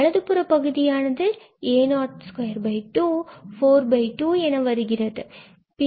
வலதுபுற a022 பகுதியானது இங்கு 42 என வருகிறது